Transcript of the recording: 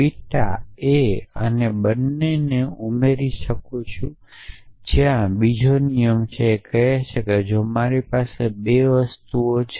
beta a બને હું તેને ઉમેરી શકું છું ત્યાં બીજો નિયમ છે જે કહે છે કે જો મારી પાસે 2 વસ્તુઓ છે